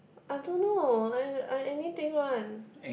I don't know like I I anything one